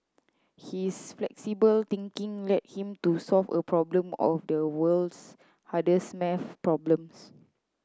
his flexible thinking led him to solve a problem of the world's hardest maths problems